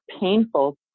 painful